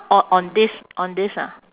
o~ on this on this ah